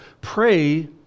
pray